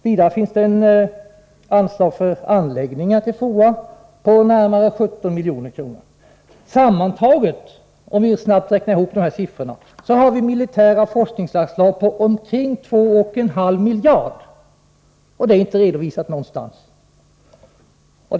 Vidare finns det ett anslag för anläggningar åt FOA på närmare 17 milj.kr. Sammantaget, om vi snabbt räknar ihop de här siffrorna, finns det militära forskningsanslag på omkring 2,5 miljarder, och det är inte redovisat någonstans.